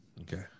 okay